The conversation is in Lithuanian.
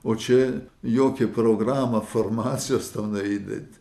o čia jokia programa formacijos tau neįdėt